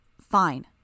Fine